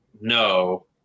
no